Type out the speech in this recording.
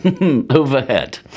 overhead